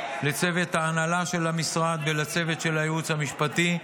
לצוות ההנהלה של המשרד ולצוות של הייעוץ המשפטי,